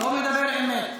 לא מדבר אמת.